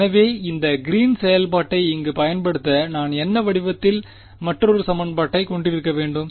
எனவே இந்த Green's green's செயல்பாட்டை இங்கு பயன்படுத்த நான் என்ன வடிவத்தில் மற்றொரு சமன்பாட்டைக் கொண்டிருக்க வேண்டும்